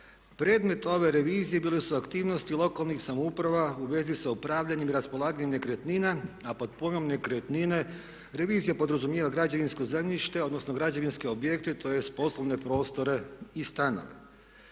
Predmet ove revizije bile su aktivnosti lokalnih samouprava u vezi sa upravljanjem, raspolaganjem nekretnina a pod pojmom nekretnine revizija podrazumijeva građevinsko zemljište odnosno građevinske objekte tj. poslovne prostore i stanove.